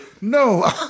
No